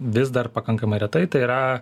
vis dar pakankamai retai tai yra